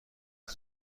اول